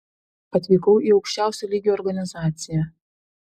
atvykau į aukščiausio lygio organizaciją